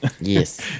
Yes